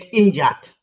injured